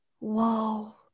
Wow